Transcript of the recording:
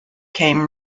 came